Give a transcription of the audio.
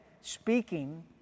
speaking